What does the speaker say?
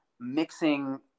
mixing